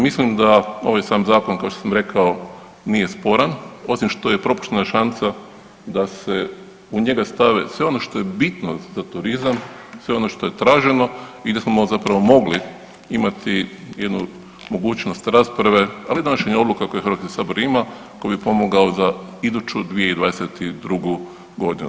Mislim da ovaj sam zakon kao što sam rekao nije sporan, osim što je propuštena šansa da se u njega stave sve ono što je bitno za turizam, sve ono što je traženo i da smo zapravo mogli imati jednu mogućnost rasprave ali i donošenja odluka koje Hrvatski sabor ima koji bi pomogao za iduću 2022. godinu.